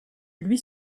lui